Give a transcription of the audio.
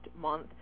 month